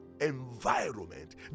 environment